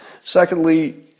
Secondly